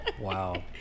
wow